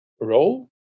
role